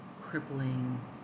crippling